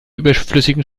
überflüssigen